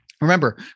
Remember